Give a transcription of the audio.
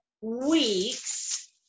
weeks